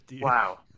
Wow